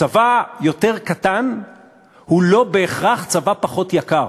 צבא יותר קטן הוא לא בהכרח צבא פחות יקר,